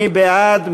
מי בעד?